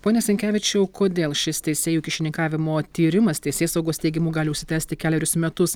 pone sinkevičiau kodėl šis teisėjų kyšininkavimo tyrimas teisėsaugos teigimu gali užsitęsti kelerius metus